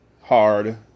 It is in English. Hard